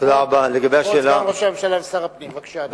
כבוד שר ראש הממשלה ושר הפנים, בבקשה, אדוני.